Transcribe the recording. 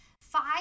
five